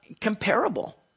comparable